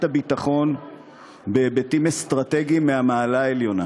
הביטחון בהיבטים אסטרטגיים מהמעלה העליונה.